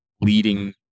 leading